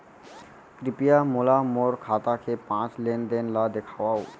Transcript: कृपया मोला मोर खाता के पाँच लेन देन ला देखवाव